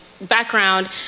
background